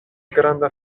granda